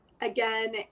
Again